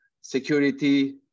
security